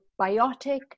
biotic